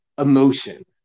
emotion